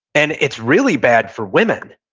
and it's really bad for women.